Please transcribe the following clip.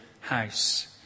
house